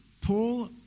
Paul